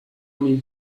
need